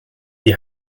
die